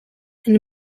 and